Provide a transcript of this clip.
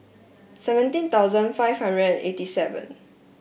seventeen thousand five hundred and eighty seven